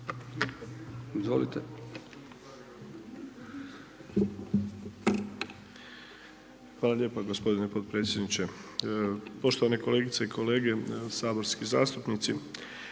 Hvala vam lijepo gospodine potpredsjedniče, poštovane kolegice i kolege, poštovani predstavnici